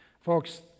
Folks